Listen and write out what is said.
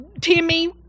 Timmy